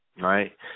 right